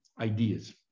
ideas